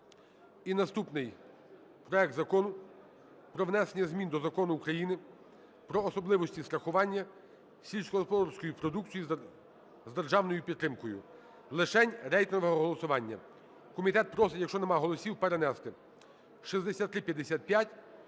наступний проект Закону про внесення змін до Закону України "Про особливості страхування сільськогосподарської продукції з державною підтримкою". Лишень рейтингове голосування. Комітет просить, якщо немає голосів, перенести. 6355